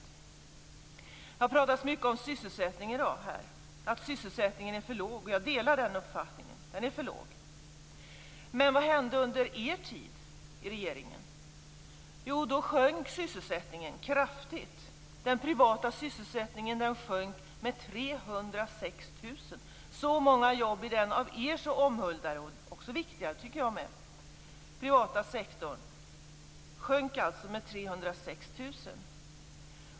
Det har i debatten i dag pratats mycket om sysselsättningen, att sysselsättningen är för låg. Jag delar den uppfattningen. Den är för låg. Men vad hände under er tid i regeringen? Jo, då sjönk sysselsättningen kraftigt. Inom den av er så omhuldade och viktiga och jag håller med om att den är viktig - privata sektorn minskade sysselsättningen med 306 000 platser.